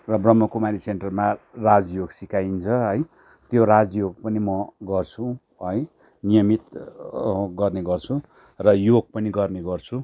र ब्रह्मकुमारी सेन्टरमा राज योग सिकाइन्छ है त्यो राज योग पनि म गर्छु है नियमित गर्ने गर्छुु र योग पनि गर्ने गर्छु